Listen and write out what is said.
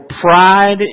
pride